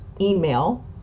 email